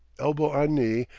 elbow on knee,